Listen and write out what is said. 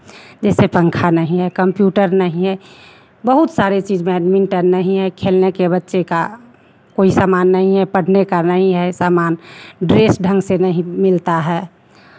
जैसे पंखा नहीं है कंप्यूटर नहीं है बहुत सारे चीज़ बैडमिन्टन नहीं है खेलने के बच्चे का कोई सामान नहीं है पढ़ने का नहीं है सामान ड्रेस ढंग से नहीं मिलता है